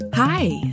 Hi